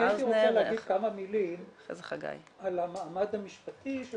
הייתי רוצה להגיד כמה מילים על המעמד המשפטי של